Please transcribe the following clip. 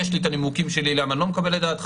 יש לי את הנימוקים שלי למה אני לא מקבל את דעתך,